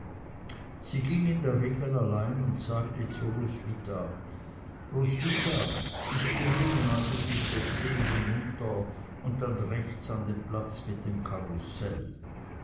sie ging in der regel allein und sagte zu roswitha roswitha ich gehe nun also die chaussee hinunter und dann rechts an den platz mit dem karussell